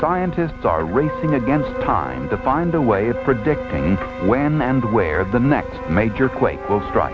scientists are racing against time to find a way of predicting when and where the next major quake will strike